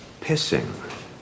pissing